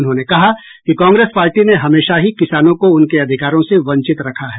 उन्होंने कहा कि कांग्रेस पार्टी ने हमेशा ही किसानों को उनके अधिकारों से वंचित रखा है